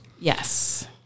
Yes